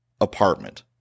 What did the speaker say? apartment